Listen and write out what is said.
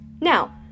Now